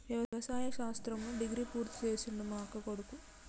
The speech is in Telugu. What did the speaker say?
వ్యవసాయ శాస్త్రంలో డిగ్రీ పూర్తి చేసిండు మా అక్కకొడుకు